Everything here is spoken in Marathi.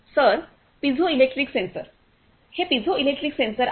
सर पिझोइलेक्ट्रिक सेन्सर हे पिझोइलेक्ट्रिक सेन्सर आहेत